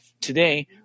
Today